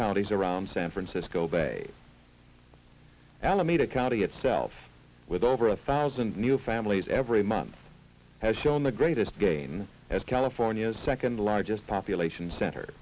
counties around san francisco bay alameda county itself with over a thousand new families every month has shown the greatest gain as california's second largest population center